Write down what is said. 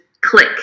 click